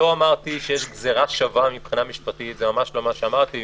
לא אמרתי שיש גזרה שווה מבחינה משפטית זה ממש לא מה שאמרתי.